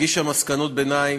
הגישה מסקנות ביניים,